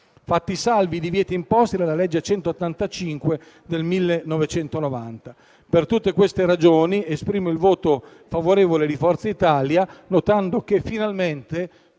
fatti salvi i divieti imposti dalla legge n. 185 del 1990. Per tutte queste ragioni, esprimo il voto favorevole di Forza Italia, notando che, finalmente,